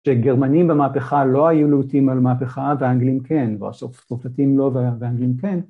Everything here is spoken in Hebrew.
‫שגרמנים במהפכה לא היו ‫להוטים על מהפכה, והאנגלים כן, ‫והצרפתים לא והאנגלים כן.